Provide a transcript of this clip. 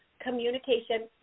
communication